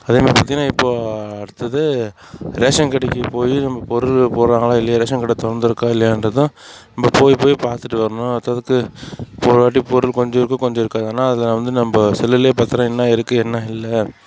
அதே மாதிரி பார்த்திங்கன்னா இப்போ அடுத்தது ரேஷன் கடைக்கு போய் நம்ம பொருள் போடுகிறாங்களா இல்லையா ரேஷன் கடை திறந்துருக்கா இல்லையான்றதை நம்ம போய் போய் பார்த்துட்டு வரணும் அடுத்தடுத்து போனவாட்டி பொருள் கொஞ்சம் இருக்கும் கொஞ்சம் இருக்காது ஆனால் அதில் வந்து நம்ம செல்லுலேயே பார்த்திங்கன்னா என்ன இருக்குது என்ன இல்லை